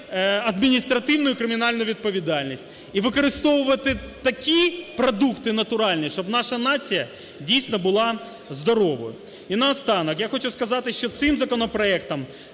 адміністративну і кримінальну відповідальність. І використовувати такі продукти натуральні, щоб наша нація дійсно була здоровою. І наостанок я хочу сказати, що цим законопроектом